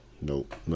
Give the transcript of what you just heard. nope